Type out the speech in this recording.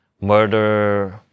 murder